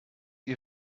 ihr